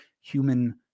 human